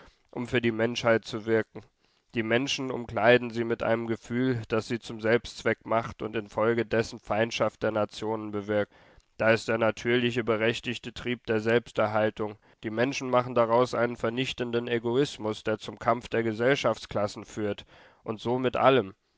um für die menschheit zu wirken die menschen umkleiden sie mit einem gefühl das sie zum selbstzweck macht und infolgedessen feindschaft der nationen bewirkt da ist der natürliche berechtigte trieb der selbsterhaltung die menschen machen daraus einen vernichtenden egoismus der zum kampf der gesellschaftsklassen führt und so mit allem